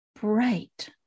bright